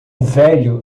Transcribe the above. velho